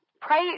Pray